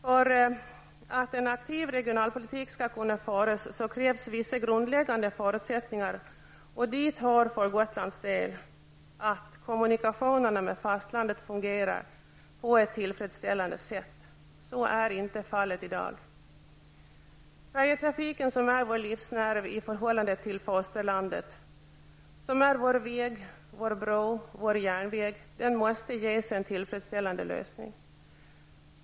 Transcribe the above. För att en aktiv regionalpolitik skall kunna föras krävs vissa grundläggande förutsättningar. Dit hör för Gotlands del att kommunikationerna med fastlandet fungerar på ett tillfredsställande sätt. Så är inte fallet i dag. Färjetrafiken som är vår livsnerv till fosterlandet, som är vår väg, vår bro och vår järnväg måste ges en tillfredsställande lösning.